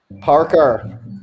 Parker